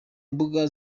mbuga